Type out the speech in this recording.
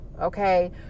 okay